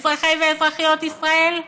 אזרחי ואזרחיות ישראל?